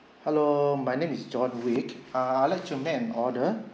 hello my name is john wick uh I like to make an order